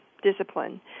discipline